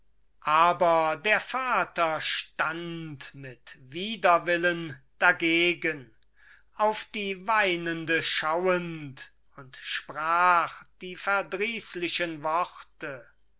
aber der vater stand mit widerwillen dagegen auf die weinende schauend und sprach die verdrießlichen worte